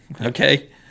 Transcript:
okay